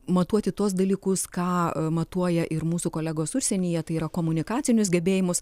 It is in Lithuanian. matuoti tuos dalykus ką matuoja ir mūsų kolegos užsienyje tai yra komunikacinius gebėjimus